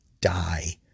die